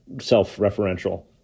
self-referential